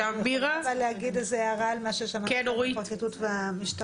אני רוצה להגיד איזה שהיא הערה על מה ששמעתי מהפרקליטות והמשטרה.